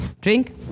Drink